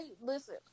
listen